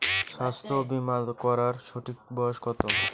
স্বাস্থ্য বীমা করার সঠিক বয়স কত?